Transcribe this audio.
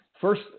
first